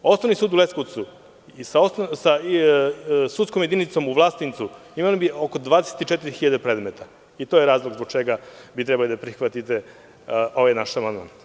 Osnovni su u Leskovcu sa sudskom jedinicom u Vlasotincu imali bi oko 24 hiljade predmeta, i to je razlog zbog čega bi trebali da prihvatite ovaj naš amandman.